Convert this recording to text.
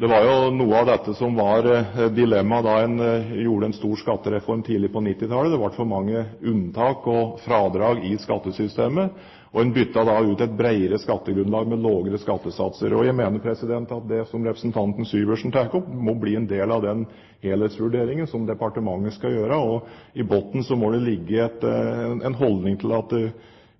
Det var jo noe av dette som var dilemmaet da en gjorde en stor skattereform tidlig på 1990-tallet: Det ble for mange unntak og fradrag i skattesystemet, og en byttet da ut et bredere skattegrunnlag med lavere skattesatser. Jeg mener at det som representanten Syversen tar opp, må bli en del av den helhetsvurderingen som departementet skal gjøre. Og i bunnen må det ligge en holdning om at